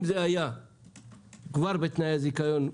אם זה היה כבר בתנאי הזיכיון,